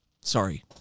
Sorry